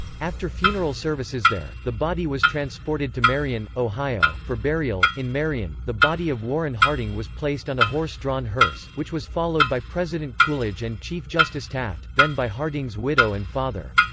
after funeral services there, the body was transported to marion, ohio, for burial in marion, the body of warren harding was placed on a horse-drawn hearse, which was followed by president coolidge and chief justice taft, then by harding's widow and father.